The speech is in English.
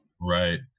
Right